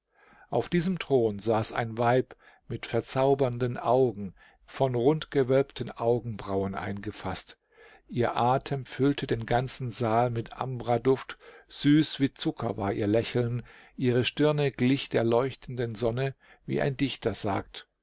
auf diesem thron saß ein weib mit verzaubernden augen von rundgewölbten augenbrauen eingefaßt ihr atem füllte den ganzen saal mit ambraduft süß wie zucker war ihr lächeln ihre stirne glich der leuchtenden sonne wie ein dichter sagt